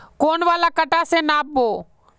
कौन वाला कटा से नाप बो?